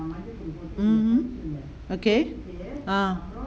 mmhmm okay ah